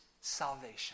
salvation